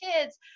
kids